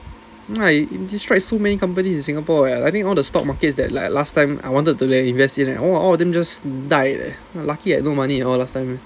ya like destroyed so many companies in singapore leh I think all the stock markets that like last time I wanted to invest in all all of them just die leh lucky I no money and all last time